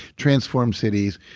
transformed cities,